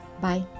Bye